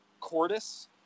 cordis